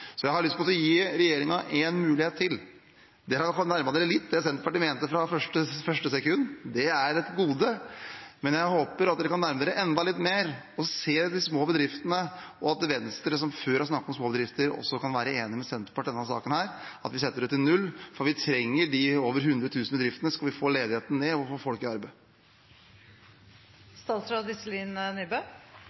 Jeg har lyst til å gi regjeringen en mulighet til: Dere har iallfall nærmet dere litt det Senterpartiet mente fra første sekund – det er et gode. Men jeg håper at dere kan nærme dere enda litt mer og se de små bedriftene, og at Venstre, som før har snakket om små bedrifter, også kan være enig med Senterpartiet i denne saken, at vi setter egenandelen til null. For vi trenger de over 100 000 bedriftene hvis vi skal få ledigheten ned og få folk i